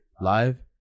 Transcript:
live